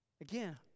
Again